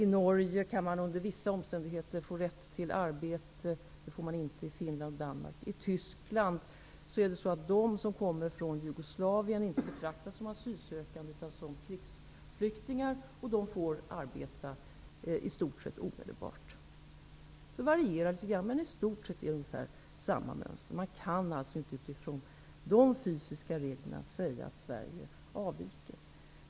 I Norge kan man under vissa omständigheter få rätt till arbete, vilket man inte får i Finland och Danmark. I Tyskland betraktas inte de som kommer från Jugoslavien som asylsökande utan som krigsflyktingar, och de får arbeta i stort sett omedelbart. Det varierar litet grand, men i stort sett är det ungefär samma mönster. Man kan alltså inte utifrån dessa fysiska regler säga att Sverige avviker.